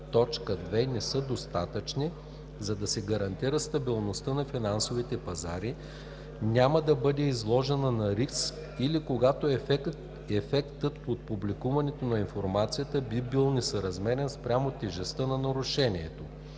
1, т. 2 не са достатъчни, за да се гарантира, че стабилността на финансовите пазари няма да бъде изложена на риск или когато ефектът от публикуването на информацията би бил несъразмерен спрямо тежестта на нарушението.“